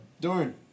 Dorn